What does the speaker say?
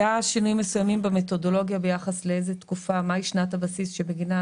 היו שינויים מסוימים במתודולוגיה ביחס לשנת הבסיס שבגינה